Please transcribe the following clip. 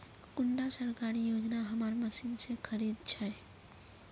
कुंडा सरकारी योजना हमार मशीन से खरीद छै?